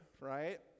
right